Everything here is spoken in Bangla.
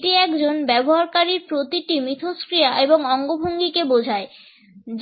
এটি একজন ব্যবহারকারীর প্রতিটি মিথস্ক্রিয়া এবং অঙ্গভঙ্গি কে বোঝায়